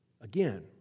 Again